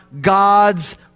God's